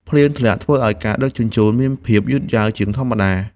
ភ្លៀងធ្លាក់ធ្វើឱ្យការដឹកជញ្ជូនមានភាពយឺតយ៉ាវជាងធម្មតា។